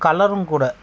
கலரும் கூட